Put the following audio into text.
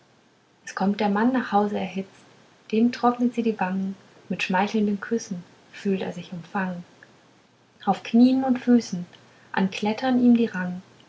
es kommt der mann nach hause erhitzt dem trocknet sie die wangen mit schmeichelnden küssen fühlt er sich umfangen auf knien und füßen anklettern ihn die rangen